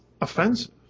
offensive